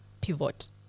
pivot